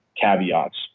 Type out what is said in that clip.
caveats